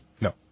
No